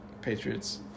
Patriots